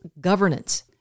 governance